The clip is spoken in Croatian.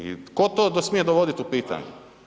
I tko to smije dovoditi u pitanje?